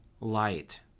Light